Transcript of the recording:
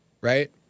right